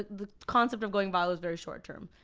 the concept of going viral, is very short term.